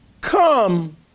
Come